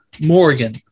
Morgan